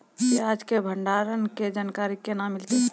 प्याज के भंडारण के जानकारी केना मिलतै?